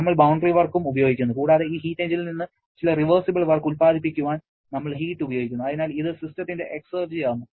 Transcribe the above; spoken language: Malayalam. നമ്മൾ ബൌണ്ടറി വർക്കും ഉപയോഗിക്കുന്നു കൂടാതെ ഈ ഹീറ്റ് എഞ്ചിനിൽ നിന്ന് ചില റിവേർസിബിൾ വർക്ക് ഉല്പാദിപ്പിക്കുവാൻ നമ്മൾ ഹീറ്റ് ഉപയോഗിക്കുന്നു അതിനാൽ ഇത് സിസ്റ്റത്തിന്റെ എക്സർജി ആകുന്നു